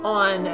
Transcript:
on